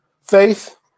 faith